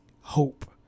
hope